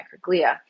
microglia